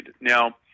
Now